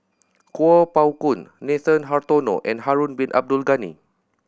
Kuo Pao Kun Nathan Hartono and Harun Bin Abdul Ghani